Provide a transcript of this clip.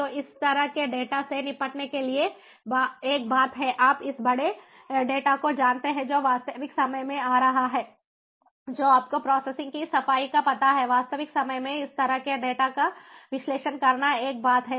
तो इस तरह के डेटा से निपटने के लिए एक बात है आप इस बड़े डेटा को जानते हैं जो वास्तविक समय में आ रहा है जो आपको प्रोसेसिंग की सफाई का पता है वास्तविक समय में इस तरह के डेटा का विश्लेषण करना एक बात है